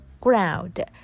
ground